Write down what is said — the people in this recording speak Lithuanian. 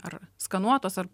ar skanuotos ar